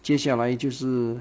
接下来就是